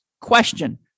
question